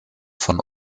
von